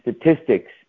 statistics